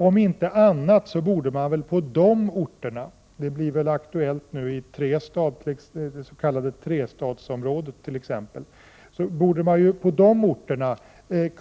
Om inte annat borde man väl på de orterna — det lär bli aktuellt i det s.k. Trestadsområdet —